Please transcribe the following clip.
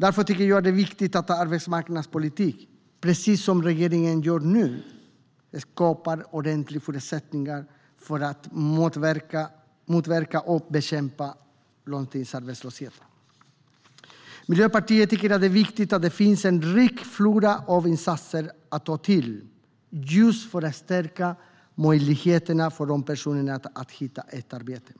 Därför är det viktigt att arbetsmarknadspolitik skapar ordentliga förutsättningar för att motverka och bekämpa långtidsarbetslösheten. Det är precis det regeringen gör nu. Miljöpartiet tycker att det är viktigt att det finns en rik flora av insatser att ta till just för att stärka möjligheten för de personerna att hitta ett arbete.